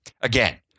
Again